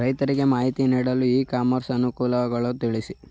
ರೈತರಿಗೆ ಮಾಹಿತಿ ನೀಡಲು ಇ ಕಾಮರ್ಸ್ ಅನುಕೂಲಗಳನ್ನು ತಿಳಿಸಿ?